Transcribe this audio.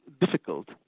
difficult